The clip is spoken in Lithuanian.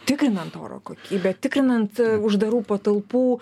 tikrinant oro kokybę tikrinant uždarų patalpų